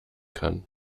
kann